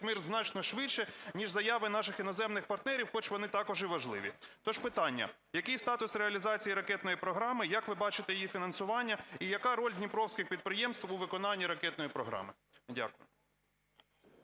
мир значно швидше, ніж заяви наших іноземних партнерів, хоч вони також і важливі. То ж питання. Який статус реалізації ракетної програми? Як ви бачите її фінансування? І яка роль дніпровських підприємств у виконанні ракетної програми? Дякую.